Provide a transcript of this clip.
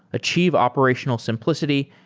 achieve operational simplicity,